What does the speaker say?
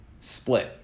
split